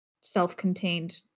self-contained